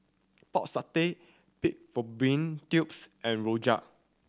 Pork Satay pig fallopian tubes and rojak